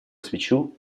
свечу